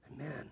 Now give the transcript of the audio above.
Amen